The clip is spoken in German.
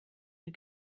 der